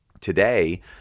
today